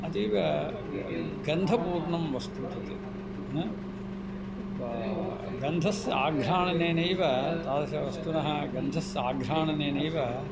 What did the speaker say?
अतीव गन्धपूर्णं वस्तु तत् हा वा गन्धस्य आघ्राणनेनैव तादृशवस्तुनः गन्धस्य आघ्राणनेनैव